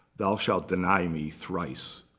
thou shalt deny me thrice.